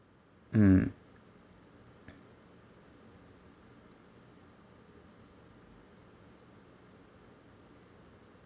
mm